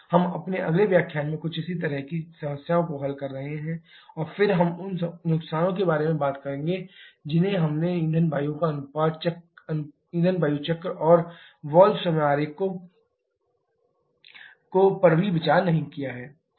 हम अपने अगले व्याख्यान में कुछ इसी तरह की समस्याओं को हल कर रहे हैं और फिर हम उन नुकसानों के बारे में बात करेंगे जिन्हें हमने ईंधन वायु चक्र और वाल्व समय आरेख को परभी विचार नहीं किया है